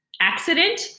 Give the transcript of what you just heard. accident